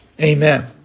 Amen